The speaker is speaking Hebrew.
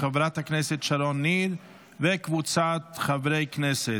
של חברת הכנסת שרון ניר וקבוצת חברי הכנסת.